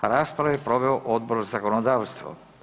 Raspravu je proveo Odbor za zakonodavstvo.